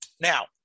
Now